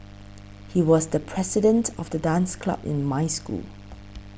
he was the president of the dance club in my school